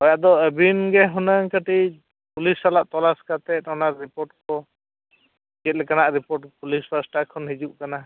ᱦᱳᱭ ᱟᱫᱚ ᱟᱹᱵᱤᱱ ᱜᱮ ᱦᱩᱱᱟᱹᱝ ᱠᱟᱹᱴᱤᱡ ᱯᱩᱞᱤᱥ ᱥᱟᱞᱟᱜ ᱛᱚᱞᱟᱥ ᱠᱟᱛᱮ ᱚᱱᱟ ᱨᱤᱯᱳᱨᱴ ᱠᱚ ᱪᱮᱫᱠᱟᱱᱟ ᱨᱤᱯᱳᱨᱴ ᱯᱩᱞᱤᱥ ᱯᱟᱥᱴᱟ ᱠᱷᱚᱱ ᱦᱤᱡᱩᱜ ᱠᱟᱱᱟ